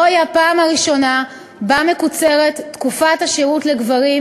זוהי הפעם הראשונה זה כ-50 שנה שתקופת השירות לגברים